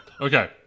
Okay